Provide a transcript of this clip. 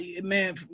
Man